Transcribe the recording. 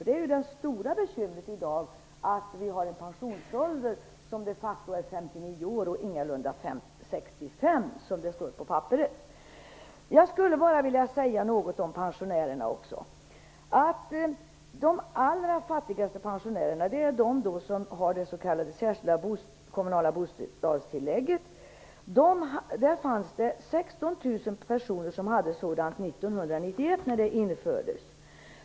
Det stora bekymret i dag är att vi har en pensionsålder som de facto är 59 år och ingalunda 65 år, som det står på papperet. Jag vill också säga något om pensionärerna. De allra fattigaste pensionärerna är de som har det s.k. 16 000 personer som hade ett sådant år 1991, när det infördes.